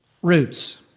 Roots